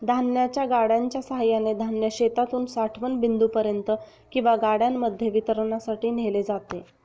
धान्याच्या गाड्यांच्या सहाय्याने धान्य शेतातून साठवण बिंदूपर्यंत किंवा गाड्यांमध्ये वितरणासाठी नेले जाते